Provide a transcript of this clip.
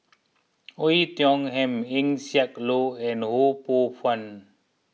Oei Tiong Ham Eng Siak Loy and Ho Poh Fun